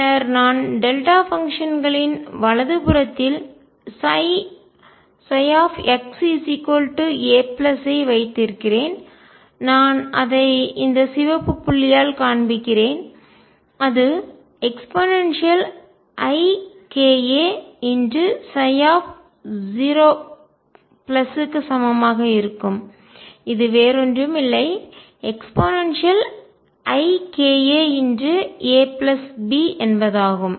பின்னர் நான் டெல்டா பங்ஷன்களின் வலதுபுறத்தில் xa ஐ வைத்திருக்கிறேன் நான் அதை இந்த சிவப்பு புள்ளியால் காண்பிக்கிறேன் அது eikaψ0 க்கு சமமாக இருக்கும் இது வேறொன்றும் இல்லை இது eikaAB என்பதாகும்